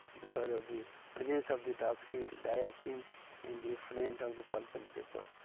because of the presence of the dioxine in dioxine in the effluent of the pulp and paper.